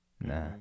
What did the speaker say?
Nah